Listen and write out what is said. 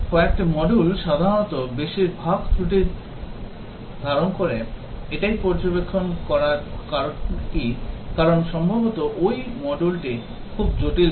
কয়েকটি module সাধারণত বেশিরভাগ ত্রুটি ধারণ করে এটাই পর্যবেক্ষণ কারণ কি কারণ সম্ভবত ওই module টি খুব জটিল ছিল